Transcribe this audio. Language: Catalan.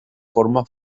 forma